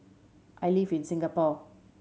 I live in Singapore